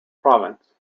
province